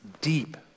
deep